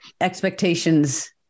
expectations